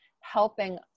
helping